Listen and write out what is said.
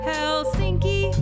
Helsinki